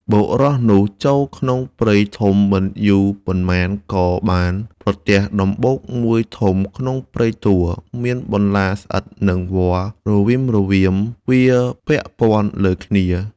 បុរសនោះចូលក្នុងព្រៃធំមិនយូរប៉ុន្មានក៏បានប្រទះដំបូកមួយធំក្នុងព្រៃទួល មានបន្លាស្អិតនិងវល្លិ៍រវីមរវាម វារពាក់ព័ន្ធ លើគ្នា។